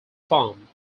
farm